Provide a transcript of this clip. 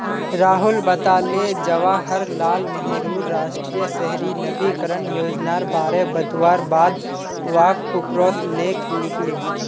राहुल बताले जवाहर लाल नेहरूर राष्ट्रीय शहरी नवीकरण योजनार बारे बतवार बाद वाक उपरोत लेख लिखले